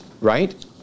right